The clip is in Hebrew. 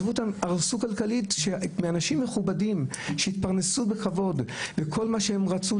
הרסו כלכלית אנשים מכובדים שהתפרנסו בכבוד וכל מה שהם רצו,